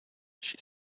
she